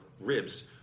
ribs